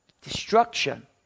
Destruction